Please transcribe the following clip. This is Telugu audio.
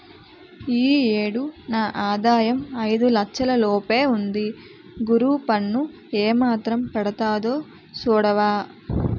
ఈ ఏడు నా ఆదాయం ఐదు లచ్చల లోపే ఉంది గురూ పన్ను ఏమాత్రం పడతాదో సూడవా